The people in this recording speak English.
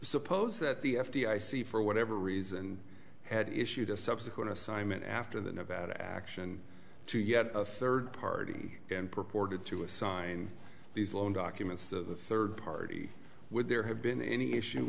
suppose that the f d i c for whatever reason had issued a subsequent assignment after the nevada action to yet a third party and purported to assign these loan documents the third party would there have been any issue